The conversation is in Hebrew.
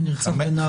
שנרצח בנהריה.